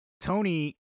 Tony